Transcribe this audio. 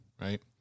right